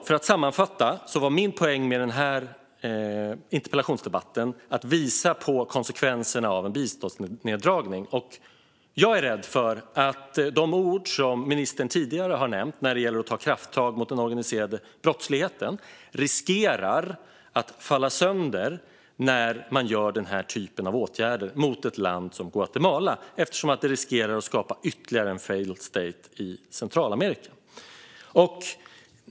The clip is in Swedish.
För att sammanfatta: Min poäng med denna interpellationsdebatt var att visa på konsekvenserna av en biståndsneddragning. Jag är rädd för att det som ministern tidigare har nämnt om att ta krafttag mot den organiserade brottsligheten riskerar att falla sönder när man vidtar denna typ av åtgärder mot ett land som Guatemala; man riskerar att skapa ytterligare en failed state i Centralamerika.